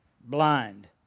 Blind